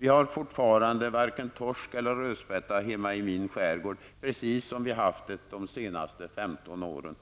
Vi har fortfarande varken torsk eller rödspätta hemma i min skärgård, precis som det har varit de senaste 15 åren.